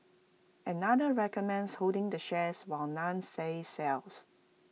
another recommends holding the shares while none says sells